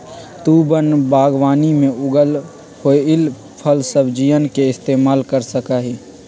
तु वन बागवानी में उगल होईल फलसब्जियन के इस्तेमाल कर सका हीं